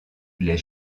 les